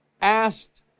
asked